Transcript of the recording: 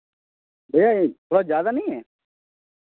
भैया ये थोड़ा ज़्यादा नहीं है